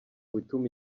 bituma